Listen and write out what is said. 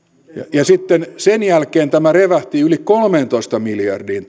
ja sitten sen jälkeen tämä alijäämä revähti yli kolmeentoista miljardiin